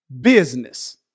business